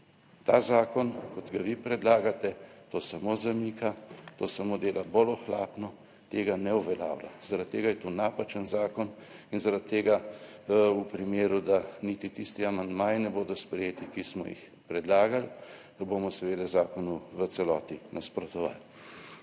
Ta zakon, kot ga vi predlagate, to samo zamika, to samo dela bolj ohlapno, tega ne uveljavlja. Zaradi tega je to napačen zakon in zaradi tega v primeru, da niti tisti amandmaji ne bodo sprejeti, ki smo jih predlagali, bomo seveda zakonu v celoti nasprotovali.